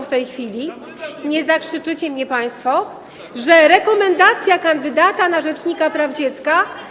w tej chwili - nie zakrzyczycie mnie państwo - że rekomendacja kandydata na rzecznika praw dziecka.